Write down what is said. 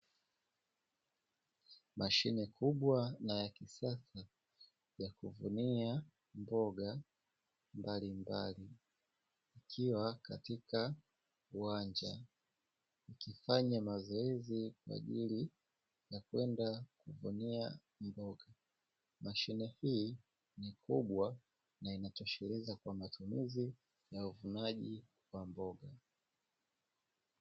Mashine kubwa na ya kisasa, ya kuvunia mboga mbalimbali, ikiwa katika uwanja, ikifanya mazoezi kwa ajili ya kwenda kuvunia mboga. Mashine hii ni kubwa na inatosheleza kwa mahitaji ya mboga.